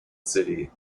city